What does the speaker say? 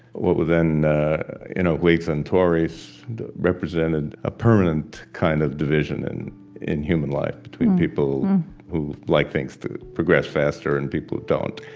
what were then ah whigs and tories represented a permanent kind of division and in human life between people who like things to progress faster and people who don't.